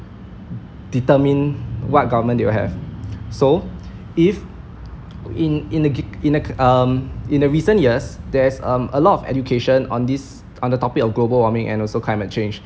determine what government they will have so if in a in a um in a recent years there is um a lot of education on this on the topic of global warming and also climate change